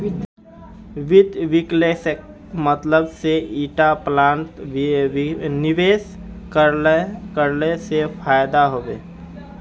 वित्त विश्लेषकेर मतलब से ईटा प्लानत निवेश करले से फायदा हबे